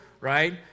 right